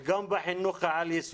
וגם בחינוך העל-יסודי.